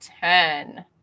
Ten